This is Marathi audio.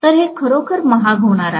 तर हे खरोखर महाग होणार आहे